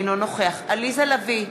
אינו נוכח עליזה לביא,